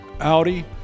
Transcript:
Audi